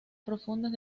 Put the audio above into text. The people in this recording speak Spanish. profundas